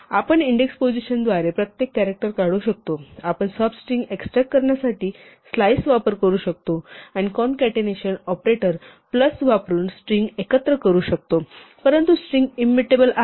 आपण index positions द्वारे प्रत्येक कॅरॅक्टर काढू शकतो आपण सब स्ट्रिंग एक्सट्रॅक्ट करण्यासाठी स्लाईस वापरू शकतो आणि कॉन्कॅटेनेशन ऑपरेटर प्लस वापरून स्ट्रिंग एकत्र करू शकतो परंतु स्ट्रिंग इंमुटेबल आहे